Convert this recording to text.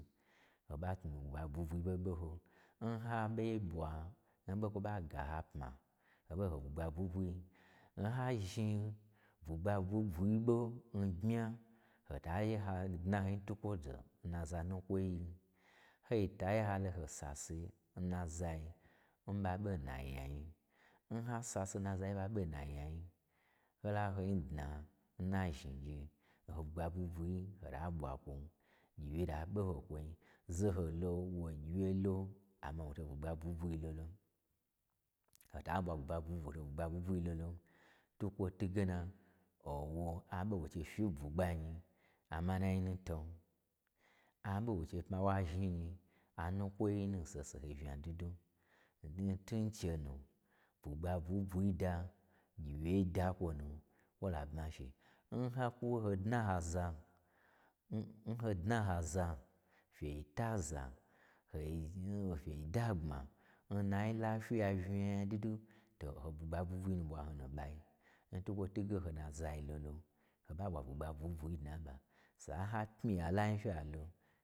Ho ɓa pmi-i bwugba bwuibwui ɓo ɓo ho, n ha ɓei ɓwa, o ɓo n kwo ɓa ga ha pma, ho ɓwa gye hon bwugba bwui bwui-i, n ha zhni bwugba bwui bwui ɓo n bmya, hota ye ha dna ho nyi twukwo do n naza nutwai, ho ta ye holo ho sase n nazai n ɓa ɓo n nanya yin, n ha sase n nazai n ɓa ɓo n nanya yi, ho la ho nyi dna n nazhni gye, oho bwugba bwui bwui ho ta ɓwa kwon. Gyiwye ta ɓo hon kwoin zaho lo wo n gyi wyei lo amma wo to n bwugha bwui bwui lolon ho ta ɓwa bwugba-nbwugba bwui bwui lolon, twukwo twuge na, o wo a ɓo n won chei fyi n bwugaba nyi, amanai nu ton, aɓo n wo che pma wa zhni nyi, anukwoi nun saho sahoyi unya dwudwu. Domiyi ntun nchenu, bwugba bwui bwui da, gyiwyei da n kwonu kwo la bmashi. N hakwu-n ho dna n haza n-n ho dna n haza, fyei taza, hoi fyei dagbma, n nayi lafyiyai unya dwudwu, to o ho bwugba bwuibwui nu ɓwan nu n ɓai, n twukwo twuge ho na zai lolo, ho ɓa ɓwa bwugba bwuibwio dnan ɓa, sa n ha pmi ya lai fya lo.